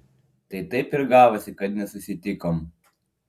tai taip ir gavosi kad nesusitikom